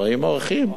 באים אורחים.